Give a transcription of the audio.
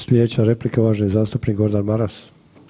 Sljedeća replika uvaženi zastupnik Gordan Maras.